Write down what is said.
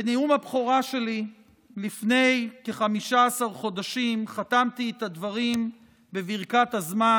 בנאום הבכורה שלי לפני כ-15 חודשים חתמתי את הדברים בברכת הזמן,